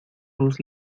luz